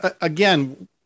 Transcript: again